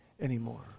anymore